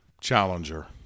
challenger